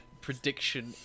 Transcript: prediction